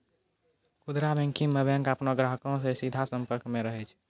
खुदरा बैंकिंग मे बैंक अपनो ग्राहको से सीधा संपर्क मे रहै छै